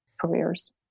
careers